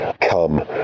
come